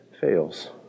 fails